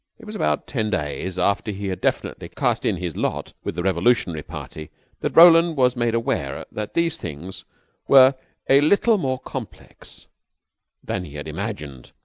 it was about ten days after he had definitely cast in his lot with the revolutionary party that roland was made aware that these things were a little more complex than he had imagined.